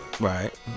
right